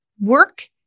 work